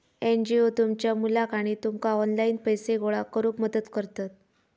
NGO तुमच्या मुलाक आणि तुमका ऑनलाइन पैसे गोळा करूक मदत करतत